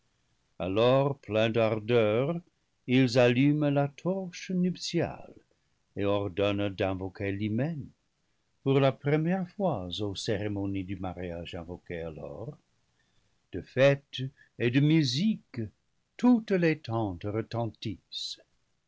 alors pleins d'ardeur ils allument la torche nuptiale et ordonnent d'invoquer l'hymen pour la première fois aux cérémonies du mariage invoqué alors de fête et de musique toutes les tentes retentissent